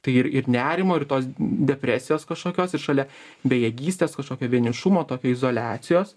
tai ir ir nerimo ir tos depresijos kažkokios ir šalia bejėgystės kažkokio vienišumo tokio izoliacijos